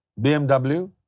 BMW